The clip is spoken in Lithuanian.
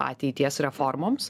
ateities reformoms